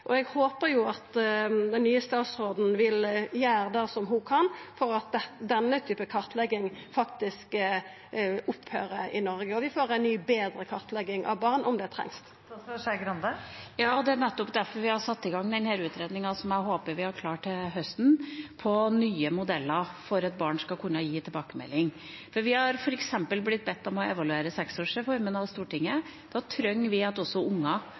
at den nye statsråden vil gjera det som ho kan for at det vert slutt på denne typen kartlegging i Noreg, og at vi får ei betre kartlegging av barn, om det trengst. Det er nettopp derfor vi har satt i gang den utredningen – som jeg håper er klar til høsten – om nye modeller for at barn skal kunne gi tilbakemelding. Vi har f.eks. blitt bedt av Stortinget om å evaluere seksårsreformen. Da trenger vi at også